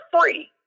free